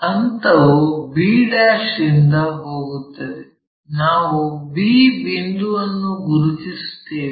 ಹಂತವು b' ಯಿಂದ ಹೋಗುತ್ತದೆ ನಾವು b ಬಿಂದುವನ್ನು ಗುರುತಿಸುತ್ತೇವೆ